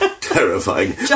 Terrifying